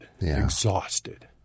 exhausted